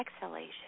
exhalation